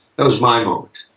that was my moment.